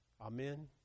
Amen